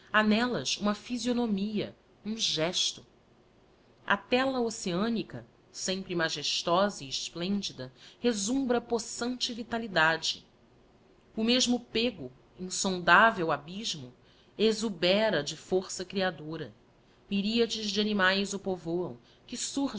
n'ellas uma physionomia um gesto a tela oceânica sempre magestosa e esplendida resumbra possante vitalidade o mesmo pego insondável abysmo exhubera de força creadora myriades de animaes o povoam que